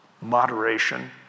moderation